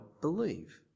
believe